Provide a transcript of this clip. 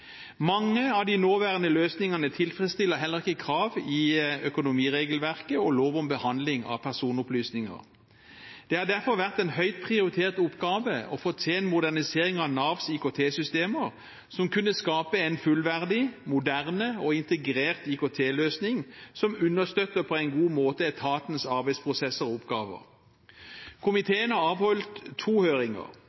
Mange av de nåværende løsningene tilfredsstiller heller ikke krav i økonomiregelverket og lov om behandling av personopplysninger. Det har derfor vært en høyt prioritert oppgave å få til en modernisering av Navs IKT-systemer som kunne skape en fullverdig, moderne og integrert IKT-løsning som på en god måte understøtter etatens arbeidsprosesser og oppgaver. Komiteen har avholdt to høringer.